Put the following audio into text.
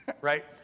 Right